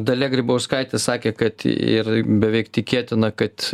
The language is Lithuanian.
dalia grybauskaitė sakė kad ir beveik tikėtina kad